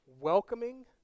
welcoming